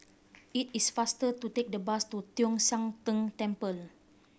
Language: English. it is faster to take the bus to Tong Sian Tng Temple